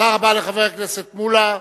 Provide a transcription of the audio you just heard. תודה רבה לחבר הכנסת מולה.